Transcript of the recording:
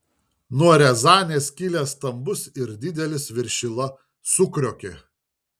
nuo riazanės kilęs stambus ir didelis viršila sukriokė